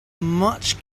much